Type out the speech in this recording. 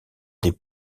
des